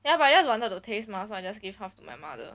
ya but I just wanted to taste mah so I just gave half to my mother